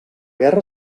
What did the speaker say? guerra